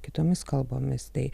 kitomis kalbomis tai